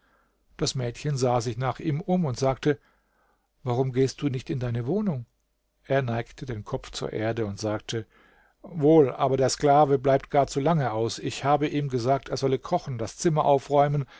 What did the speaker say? das mädchen sah sich nach ihm um und sagte warum gehst du nicht in deine wohnung er neigte den kopf zur erde und sagte wohl aber der sklave bleibt gar zu lange aus ich habe ihm gesagt er solle kochen das zimmer aufräumen